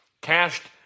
cashed